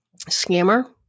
scammer